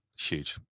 Huge